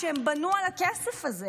כשהם בנו על הכסף הזה,